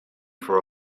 for